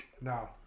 No